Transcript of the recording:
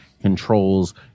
controls